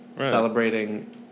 celebrating